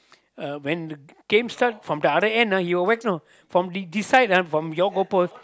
uh when game start from the other side he will whack you know from this side your goalpost